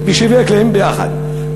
והוא ישווק להם יחד.